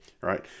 Right